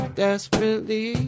desperately